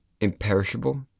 imperishable